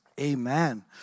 Amen